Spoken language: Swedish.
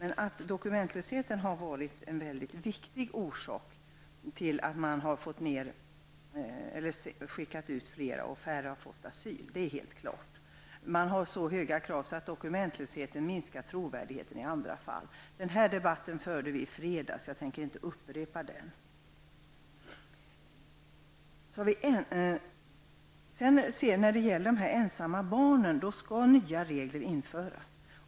Men att dokumentlösheten har varit en mycket viktig orsak till att man har skickat ut fler asylsökande och att färre därmed har fått asyl är helt klart. Man ställer så höga krav att dokumentlösheten minskar trovärdigheten. Den här debatten förde vi i fredags, och jag tänker inte upprepa den. När det gäller de ensamma barnen skall nya regler införas.